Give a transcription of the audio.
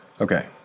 Okay